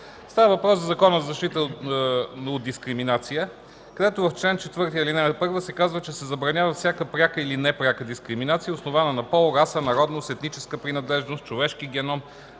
Става въпрос за Закона за защита от дискриминация, където в чл. 4, ал. 1 се казва: „Забранена е всяка пряка или непряка дискриминация, основана на пол, раса, народност, етническа принадлежност, човешки геном,